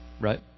right